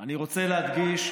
אני רוצה להדגיש,